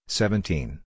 seventeen